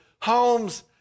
homes